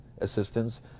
assistance